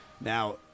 now